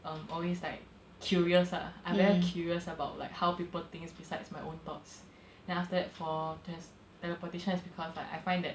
um I'm always like curious lah I'm very curious about like how people think besides my own thoughts then after that for tran~ teleportation is because like I find that